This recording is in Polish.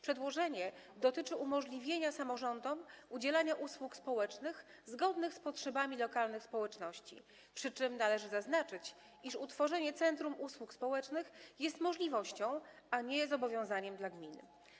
Przedłożenie dotyczy umożliwienia samorządom udzielania usług społecznych zgodnych z potrzebami lokalnych społeczności, przy czym należy zaznaczyć, iż utworzenie centrum usług społecznych jest możliwością, a nie obowiązkiem dla gminy.